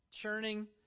churning